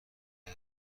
ومن